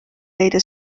leida